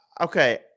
Okay